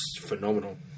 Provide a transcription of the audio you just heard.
phenomenal